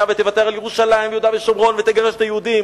ותוותר על ירושלים ויהודה ושומרון ותגרש את היהודים,